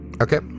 okay